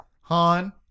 Han